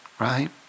Right